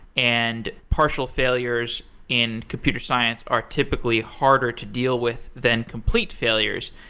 and partial failures in computer science are typically harder to deal with than complete failures.